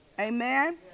Amen